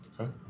Okay